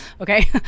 okay